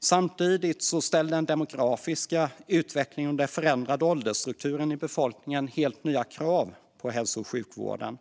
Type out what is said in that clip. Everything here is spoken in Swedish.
Samtidigt ställer den demografiska utvecklingen och den förändrade åldersstrukturen i befolkningen helt nya krav på hälso och sjukvården.